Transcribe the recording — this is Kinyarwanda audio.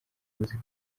muziki